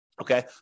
okay